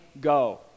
go